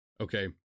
Okay